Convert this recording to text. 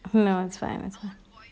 no it's fine it's fine